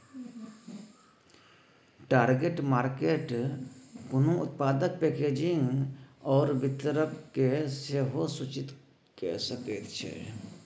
target market कोनो उत्पादक packaging आओर वितरणकेँ सेहो सूचित कए सकैत छै